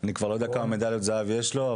אני כבר לא יודע כמה מדליות זהב יש לו,